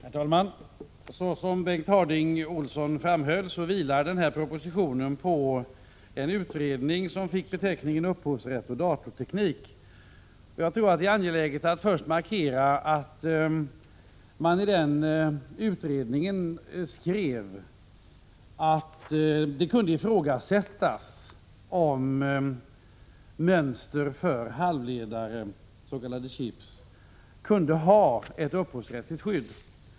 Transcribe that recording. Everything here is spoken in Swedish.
Herr talman! Som Bengt Harding Olson framhöll vilar propositionen på en utredning som fick beteckningen Upphovsrätt och datorteknik. Jag tror att det är angeläget att påpeka att man i den utredningen ifrågasatte om kretsmönster i halvledare, s.k. chips, kunde ha ett upphovsrättsligt skydd.